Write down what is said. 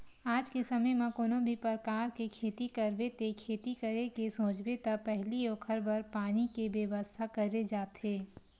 आज के समे म कोनो भी परकार के खेती करबे ते खेती करे के सोचबे त पहिली ओखर बर पानी के बेवस्था करे जाथे